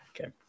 okay